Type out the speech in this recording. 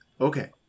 okay